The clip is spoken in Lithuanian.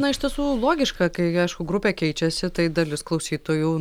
na iš tiesų logiška kai aišku grupė keičiasi tai dalis klausytojų